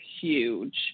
huge